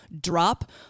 drop